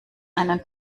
einen